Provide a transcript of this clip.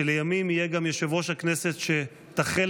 שלימים יהיה גם יושב-ראש הכנסת שתחל